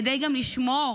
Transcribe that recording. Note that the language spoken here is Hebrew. כדי לשמור